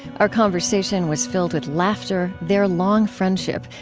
our conversation was filled with laughter, their long friendship,